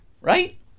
right